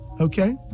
okay